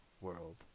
world